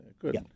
Good